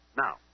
Now